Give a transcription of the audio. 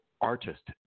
artist